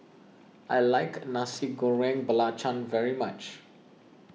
I like Nasi Goreng Belacan very much